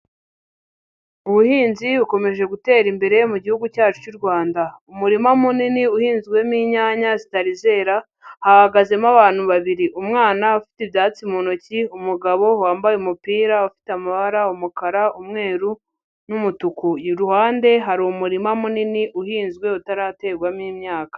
Ubuhinzi bukomeje gutera imbere mugi cyacu cy'u Rwanda, umurima munini uhinzwemo inyanya zitari zera hahagazemo abantu babiri, umwana ufite ibyatsi mu ntoki, umugabo wambaye umupira ufite amabara umukara, umweru n'umutuku, iruhande hari umurima munini uhinzwe utaraterwamo imyaka.